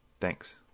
Thanks